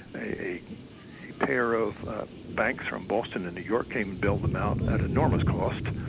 a pair of banks from boston and new york came and bailed them out at enormous cost,